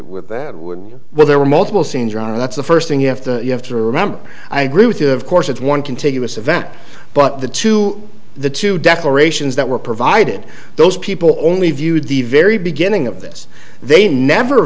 with that well there were multiple scenes around and that's the first thing you have to you have to remember i agree with you of course it's one continuous event but the two the two declarations that were provided those people only viewed the very beginning of this they never